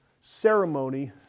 ceremony